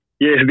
yes